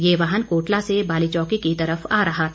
ये वाहन कोटला से बालीचौकी की तरफ आ रहा था